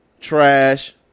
trash